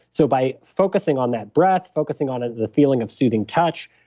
so by focusing on that breath, focusing on ah the feeling of soothing touch,